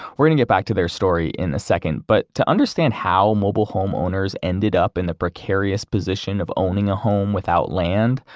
we're going to get back to their story in a second, but to understand how mobile homeowners ended up in the precarious position of owning a home without land,